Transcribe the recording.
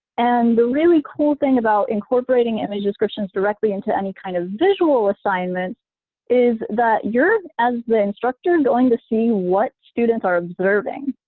and the really cool thing about incorporating image descriptions directly into any kind of visual assignment is that you're, as the instructor, and going to see what students are observing.